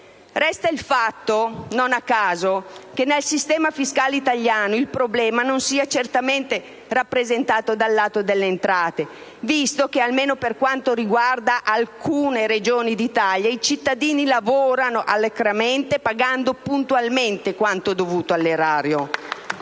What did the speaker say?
Resta il fatto, non a caso, che nel sistema fiscale italiano il problema non sia certamente rappresentato dal lato delle entrate, visto che almeno per quanto riguarda alcune Regioni d'Italia i cittadini lavorano alacremente pagando puntualmente quanto dovuto all'erario.